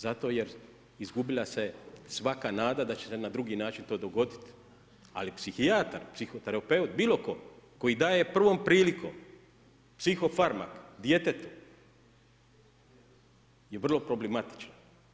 Zato jer izgubila se svaka nada da će se na drugi način to dogoditi, ali psihijatar, psihoterapeut, bilo tko, koji daje prvom prilikom … djetetu je vrlo problematično.